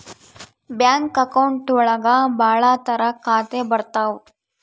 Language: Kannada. ಬ್ಯಾಂಕ್ ಅಕೌಂಟ್ ಒಳಗ ಭಾಳ ತರ ಖಾತೆ ಬರ್ತಾವ್